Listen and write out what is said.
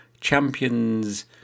champions